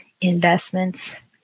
investments